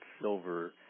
silver